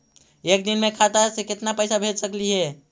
एक दिन में खाता से केतना पैसा भेज सकली हे?